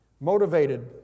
Motivated